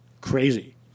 crazy